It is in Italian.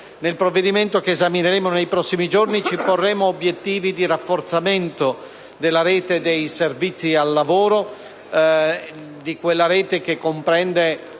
Nel provvedimento che esamineremo nei prossimi giorni ci porremo obiettivi di rafforzamento nella rete dei servizi al lavoro, quella rete che comprende